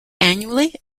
annually